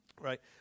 Right